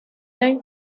ley